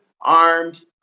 armed